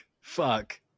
Fuck